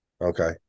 Okay